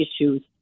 issues